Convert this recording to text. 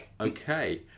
Okay